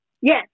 Yes